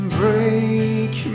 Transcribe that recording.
break